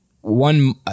one